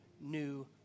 new